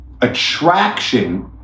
Attraction